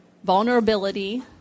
vulnerability